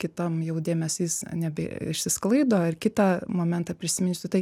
kitam jau dėmesys nebeišsisklaido ir kitą momentą prisiminsiu tai